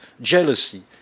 jealousy